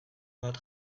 bat